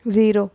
zero